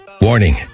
Warning